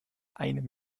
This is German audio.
einem